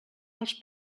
dels